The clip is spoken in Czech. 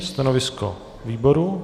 Stanovisko výboru?